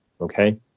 Okay